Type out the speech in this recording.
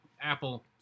apple